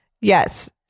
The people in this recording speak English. Yes